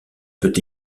peut